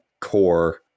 core